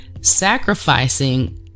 sacrificing